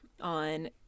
on